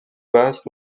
base